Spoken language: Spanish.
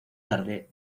tarde